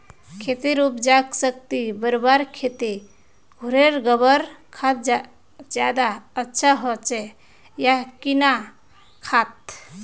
खेतेर उपजाऊ शक्ति बढ़वार केते घोरेर गबर खाद ज्यादा अच्छा होचे या किना खाद?